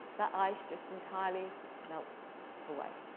that ice just entirely melts away.